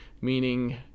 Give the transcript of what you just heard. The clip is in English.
meaning